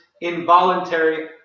involuntary